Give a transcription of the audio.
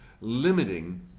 limiting